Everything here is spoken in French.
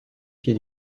pied